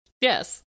yes